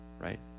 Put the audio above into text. right